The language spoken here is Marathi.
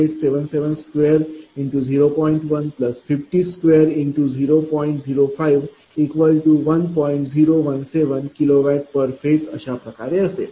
017 kWph अशाप्रकारे असेल